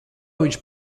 viņš